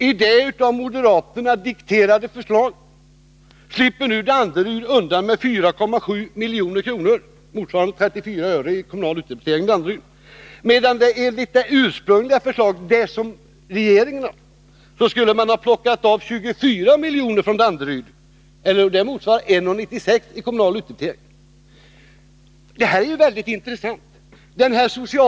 I det av moderaterna nu dikterade förslaget slipper Danderyds kommun undan med 4,7 milj.kr., vilket motsvarar 34 öre i kommunal utdebitering. Enligt det ursprungliga regeringsförslaget skulle man ha tagit av Danderyds kommun 24 milj.kr., vilket motsvarar 1,96 kr. i kommunal utdebitering. Detta är mycket intressant.